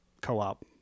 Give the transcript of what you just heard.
co-op